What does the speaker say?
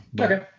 Okay